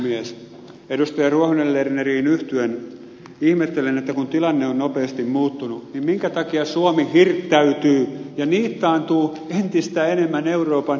edustaja ruohonen lerneriin yhtyen ihmettelen että kun tilanne on nopeasti muuttunut niin minkä takia suomi hirttäytyy ja niittaantuu entistä enemmän euroopan unioniin